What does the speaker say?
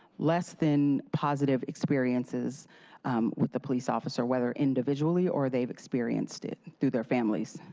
less than positive experiences with the police officer whether individually or they've experienced it through their families.